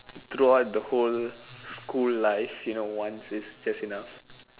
throughout the whole school life you know once is just enough